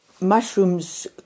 mushrooms